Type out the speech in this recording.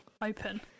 open